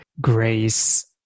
grace